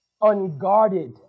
Unguarded